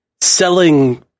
selling